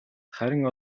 харин